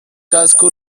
casco